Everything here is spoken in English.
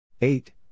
Eight